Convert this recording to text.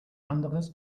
anderes